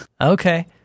Okay